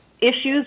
issues